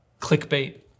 clickbait